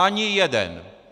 Ani jeden!